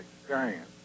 experience